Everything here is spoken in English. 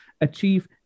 achieve